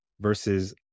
Versus